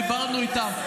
דיברנו איתם,